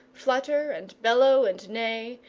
flutter and bellow and neigh,